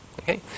okay